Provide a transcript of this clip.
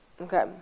Okay